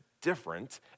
different